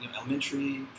elementary